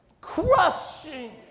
crushing